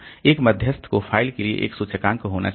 एक मध्यस्थ को फ़ाइल के लिए एक सूचकांक होना चाहिए